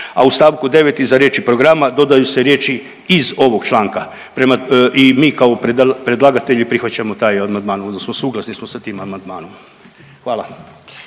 a u st. 9. iza riječi programa dodaju se riječi iz ovog članka i mi kao predlagatelji prihvaćamo taj amandman odnosno suglasni smo sa tim amandmanom. Hvala.